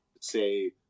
say